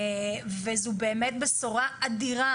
זו באמת בשורה אדירה